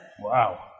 wow